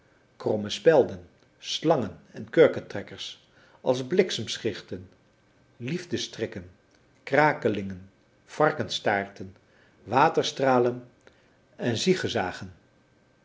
kromme spelden slangen en kurketrekkers als bliksemschichten liefdestrikken krakelingen varkensstaarten waterstralen en ziegezagen